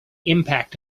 impact